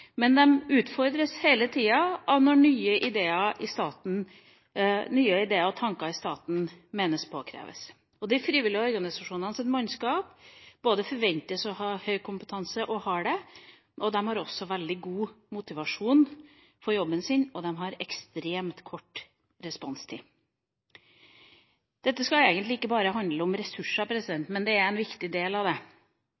men de utfordres hele tida av nye ideer og tanker i staten om hva som er påkrevd. De frivillige organisasjonenes mannskaper forventes å ha høy kompetanse – det har de – og de har også veldig god motivasjon for jobben sin, og de har ekstremt kort responstid. Dette skal egentlig ikke bare handle om ressurser,